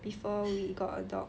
before we got a dog